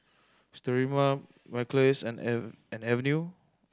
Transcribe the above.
Sterimar and Avene